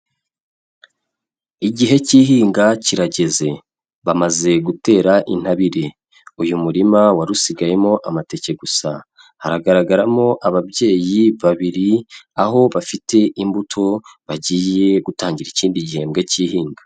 Igihe cy'ihinga kirageze bamaze gutera intabire, uyu murima warusigayemo amateke gusa, haragaragaramo ababyeyi babiri aho bafite imbuto bagiye gutangira ikindi gihembwe cy'ihinga.